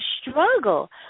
struggle